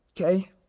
okay